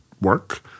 work